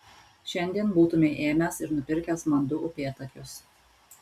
šiandien būtumei ėmęs ir nupirkęs man du upėtakius